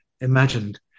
imagined